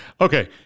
Okay